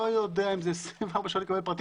לא יודע אם זה 24 שעות לקבל פרטים.